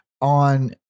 on